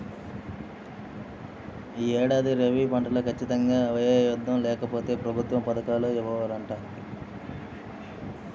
యీ ఏడాది రబీ పంటలో ఖచ్చితంగా వరే యేద్దాం, లేకపోతె ప్రభుత్వ పథకాలు ఇవ్వరంట